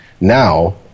now